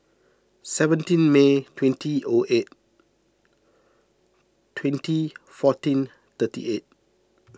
seventeen May twenty O eight twenty fourteen thirty eight